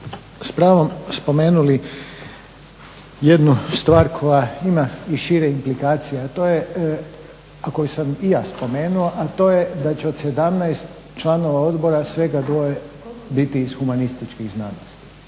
pravom spomenuli jednu stvar koja ima i šire implikacije, a to je, a koje sam i ja spomenuo, a to je da će od 17 članova odbora svega 2 biti iz humanističkih znanosti.